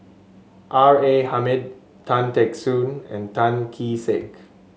R A Hamid Tan Teck Soon and Tan Kee Sek